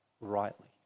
rightly